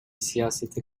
siyasete